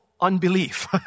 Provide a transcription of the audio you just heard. unbelief